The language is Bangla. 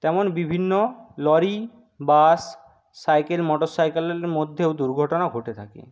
তেমন বিভিন্ন লরি বাস সাইকেল মোটর সাইকেলের মধ্যেও দুর্ঘটনা ঘটে থাকে